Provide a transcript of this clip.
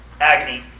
agony